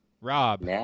Rob